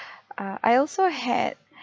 err I also had